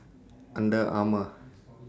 Under Armour